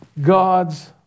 God's